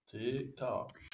TikTok